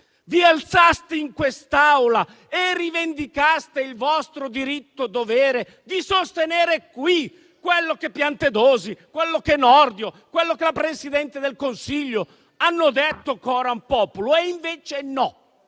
vi alzaste in quest'Aula e rivendicaste il vostro diritto-dovere di sostenere qui quello che Piantedosi, Nordio e la Presidente del Consiglio hanno detto *coram populo* e invece no.